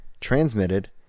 transmitted